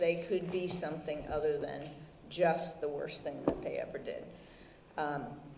they could be something other than just the worst thing they ever did